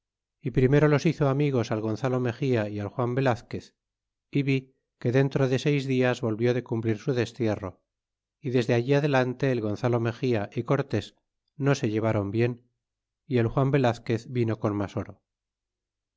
y primero los hizo amigos al gonzalo mexía y al juan velazquez é vi que dentro de seis dias volvió de cumplir su destierro y desde allí adelante el gonzalo me g ia y cortés no se llevron bien y el juan velazquez vino con mas oro